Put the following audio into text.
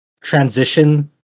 transition